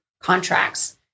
contracts